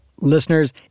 listeners